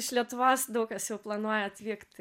iš lietuvos daug kas jau planuoja atvykt